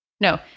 No